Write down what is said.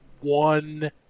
one